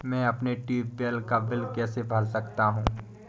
मैं अपने ट्यूबवेल का बिल कैसे भर सकता हूँ?